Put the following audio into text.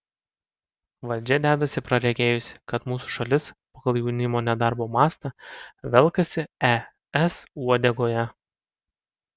valdžia dedasi praregėjusi kad mūsų šalis pagal jaunimo nedarbo mastą velkasi es uodegoje